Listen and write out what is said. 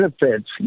benefits